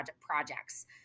projects